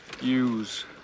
Use